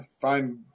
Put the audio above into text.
find